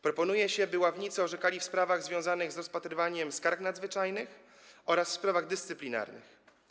Proponuje się, by ławnicy orzekali w sprawach związanych z rozpatrywaniem skarg nadzwyczajnych oraz w sprawach dyscyplinarnych.